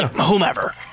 whomever